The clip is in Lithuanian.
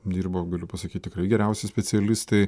dirbo galiu pasakyt tikrai geriausi specialistai